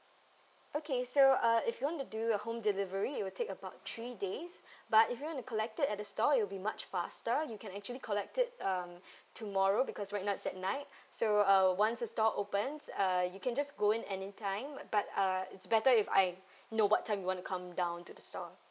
okay so uh if you want do your home delivery it will take about three days but if you want to collect it at the store it'll be much faster you can actually collect it um tomorrow because right now it's at night so uh once the store opens uh you can just go in anytime but uh it's better if I know what time you want to come down to the store